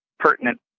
pertinent